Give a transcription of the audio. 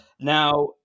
Now